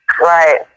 Right